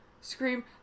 scream